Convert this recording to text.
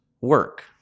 work